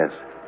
Yes